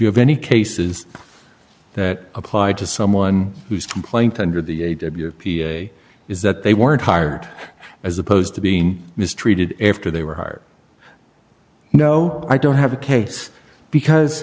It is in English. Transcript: you have any cases that applied to someone who's complaint under the age of your p s a is that they weren't hired as opposed to being mistreated after they were hired no i don't have a case because